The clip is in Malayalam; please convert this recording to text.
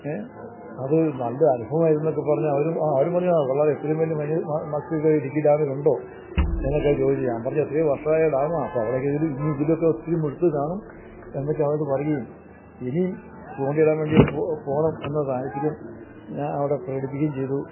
അതു നല്ല അനുഭവം ആയിരുന്നു എന്നൊക്കെ പറഞ്ഞ് അവരും ആ അവരും പറഞ്ഞു ആ കൊള്ളാം ഇത്രയും വലിയ മൽസ്യമൊക്കെ ഇടുക്കി ഡാമിലുണ്ടോ എന്നൊക്കെ അവര് ചോദിച്ചു ഞാൻ പറഞ്ഞു എത്രയോ വർഷമായ ഡാമാ അപ്പോള് അവിടെയൊക്കെ ഇനിയും ഇതിലൊക്കെ ഒത്തിരി മുഴുത്തതു കാണും എന്നൊക്കെ അവരോടു പറയുകയും ഇനിയും ചൂണ്ടയിടാൻ വേണ്ടി പോകണം എന്ന താൽപര്യം ഞാൻ അവിടെ പ്രകടിപ്പിക്കുകയും ചെയ്തു